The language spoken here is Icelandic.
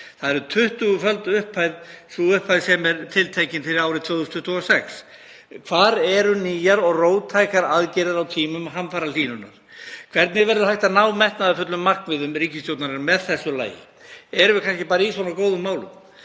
Það er tuttuguföld upphæð sem er tiltekin fyrir árið 2026. Hvar eru nýjar og róttækar aðgerðir á tímum hamfarahlýnunar? Hvernig verður hægt að ná metnaðarfullum markmiðum ríkisstjórnarinnar með þessu lagi? Erum við kannski bara í svona góðum málum?